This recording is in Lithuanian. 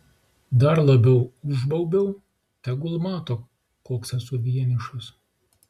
dar labiau užbaubiau tegul mato koks esu vienišas